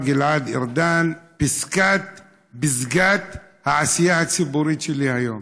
גלעד ארדן: פסגת העשייה הציבורית שלי היום,